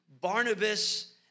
Barnabas